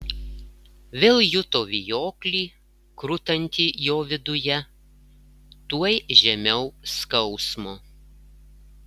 vėl juto vijoklį krutantį jo viduje tuoj žemiau skausmo